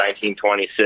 1926